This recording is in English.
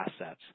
assets